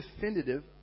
definitive